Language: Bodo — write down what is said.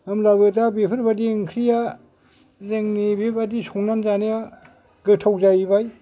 होमब्लाबो दा बेफोरबादि ओंख्रिया जोंनि बेबादि संनानै जानाया गोथाव जाहैबाय